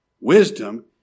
Wisdom